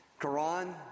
Quran